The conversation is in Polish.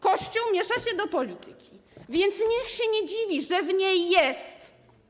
Kościół miesza się do polityki, więc niech się nie dziwi, że w niej jest.